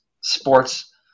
sports